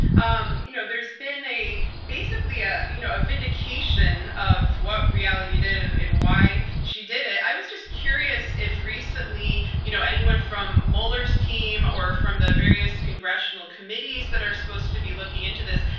um you know there's been basically ah you know a vindication of what reality did and and why she did it. i was just curious if recently you know anyone from mueller's team or from the various congressional committees that are supposed to be looking into this,